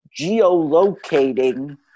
geolocating